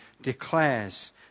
declares